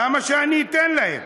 למה שאני אתן להם?